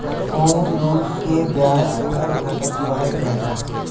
home loan के ब्याज दर घटत बढ़त रहेला